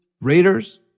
Raiders